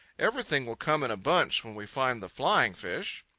everything will come in a bunch when we find the flying fish.